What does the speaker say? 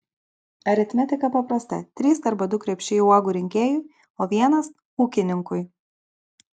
aritmetika paprasta trys arba du krepšeliai uogų rinkėjui o vienas ūkininkui